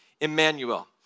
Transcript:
Emmanuel